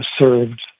served